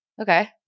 Okay